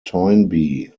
toynbee